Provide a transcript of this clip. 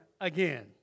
again